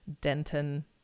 Denton